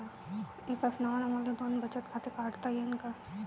एकाच नावानं मले दोन बचत खातं काढता येईन का?